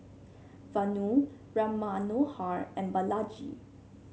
Vanu Ram Manohar and Balaji